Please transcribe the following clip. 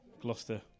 Gloucester